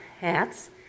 hats